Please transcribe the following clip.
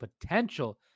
potential